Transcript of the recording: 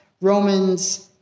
Romans